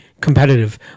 competitive